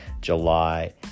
July